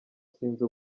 sinzi